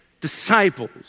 disciples